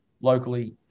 locally